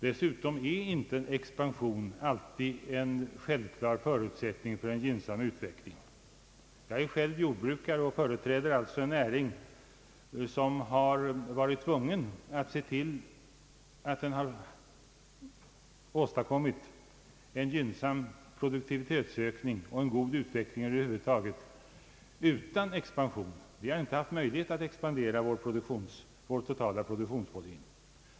Dessutom är inte expansion alltid en självklar förutsättning för en gynnsam utveckling. Jag är själv jordbrukare och företräder alltså en näring som varit tvungen att åstadkomma en gynnsam produktivitet och en god utveckling över huvud taget utan expansion. Vi har inte haft möjlighet att expandera vår totala produktionsvolym.